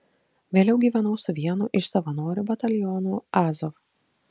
vėliau gyvenau su vienu iš savanorių batalionų azov